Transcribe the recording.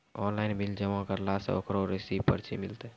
Online bill जमा करला से ओकरौ रिसीव पर्ची मिलतै?